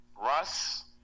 Russ